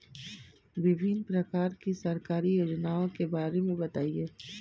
विभिन्न प्रकार की सरकारी योजनाओं के बारे में बताइए?